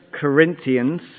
Corinthians